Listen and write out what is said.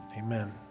Amen